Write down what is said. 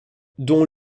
dont